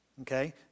Okay